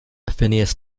phineas